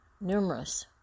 numerous